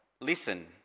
listen